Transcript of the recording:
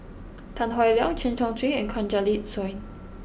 Tan Howe Liang Chen Chong Swee and Kanwaljit Soin